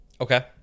Okay